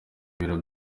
biro